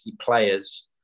players